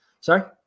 Sorry